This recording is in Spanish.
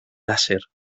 láser